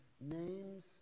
Names